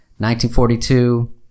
1942